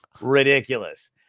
Ridiculous